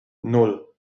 nan